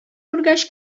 күргәч